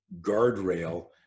guardrail